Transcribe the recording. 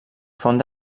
font